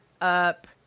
up